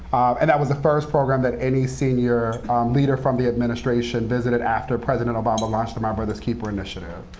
and that was the first program that any senior leader from the administration visited after president obama launched the my brother's keeper initiative.